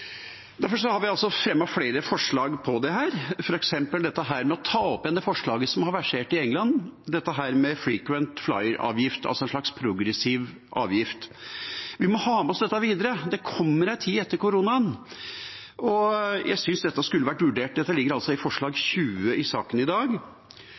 Derfor har vi altså fremmet flere forslag om dette, f.eks. å ta opp igjen forslaget som har versert i England, dette med «frequent flyer»-avgift, altså en slags progressiv avgift. Vi må ha med oss dette videre. Det kommer en tid etter koronaen, og jeg synes at dette skulle vært vurdert. Det ligger altså i